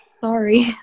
Sorry